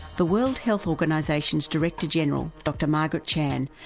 the world health organisation's director-general, dr margaret chan,